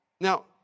Now